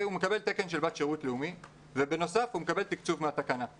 הוא מקבל תקן של בת שירות לאומי ובנוסף הוא מקבל תקצוב מהתקנה,